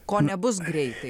ko nebus greitai